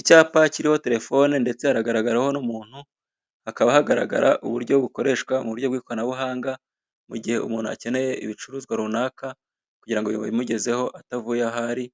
Icyapa kiriho telefone ndetse haragaragaraho n'umuntu hakaba hagaragara uburyo bukoreshwa muburyo bw'ikoranabuhanga mugihe umuntu akeneye ibicuruzwa runaka kugira ngo babimugezeho atavuye aho ari,